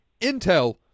intel